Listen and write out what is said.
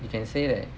you can say that